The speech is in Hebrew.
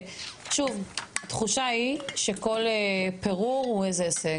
שוב, התחושה היא שכל פירור הוא איזה הישג.